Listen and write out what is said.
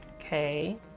Okay